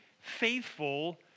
faithful